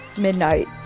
midnight